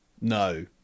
No